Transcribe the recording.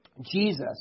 Jesus